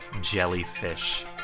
jellyfish